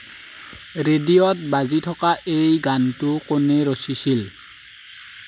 ৰেডিঅ'ত বাজি থকা এই গানটো কোনে ৰচিছিল